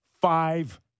Five